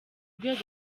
rwego